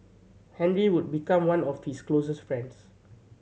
Henry would become one of his closest friends